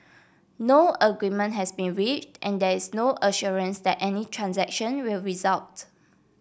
no agreement has been reached and there is no assurance that any transaction will result